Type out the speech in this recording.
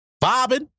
Bobbing